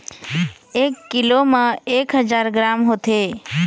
एक कीलो म एक हजार ग्राम होथे